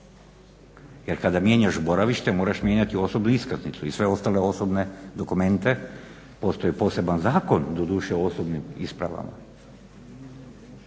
jer kada mijenjaš boravište moraš mijenjati osobnu iskaznicu i sve ostale osobne dokumente. Postoji poseban zakon doduše o osobnim ispravama